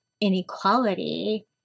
inequality